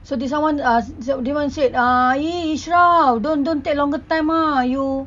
so this I want to ask did anyone said ah !ee! ishraf don't don't take longer time ah you